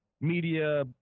media